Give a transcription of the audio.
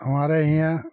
हमारे हियाँ